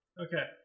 Okay